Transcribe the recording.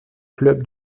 club